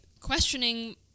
Questioning